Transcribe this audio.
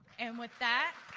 and with that,